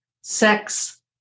sex